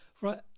right